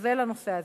אז זה לנושא הזה.